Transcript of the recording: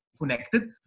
connected